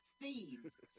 Thieves